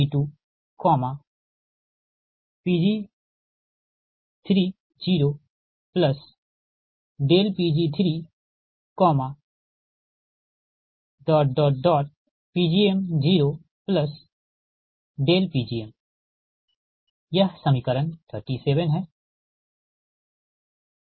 तो PLossP LossPg20Pg2Pg30Pg3Pgm0Pgm यह समीकरण 37 है ठीक